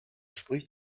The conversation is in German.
spricht